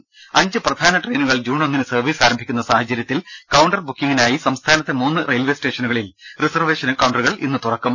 രുമ അഞ്ച് പ്രധാന ട്രെയിനുകൾ ജൂൺ ഒന്നിന് സർവീസ് ആരംഭിക്കുന്ന സാഹചര്യത്തിൽ കൌണ്ടർ ബുക്കിങ്ങിനായി സംസ്ഥാനത്തെ മൂന്ന് റെയിൽവേ സ്റ്റേഷനുകളിൽ റിസർവേഷൻ കൌണ്ടറുകൾ ഇന്ന് തുറക്കും